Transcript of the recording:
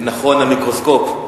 נכון, על מיקרוסקופ.